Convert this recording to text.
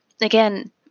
again